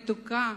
מתוקה,